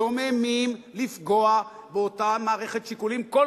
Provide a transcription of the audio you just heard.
זוממים לפגוע באותה מערכת שיקולים כל